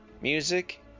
music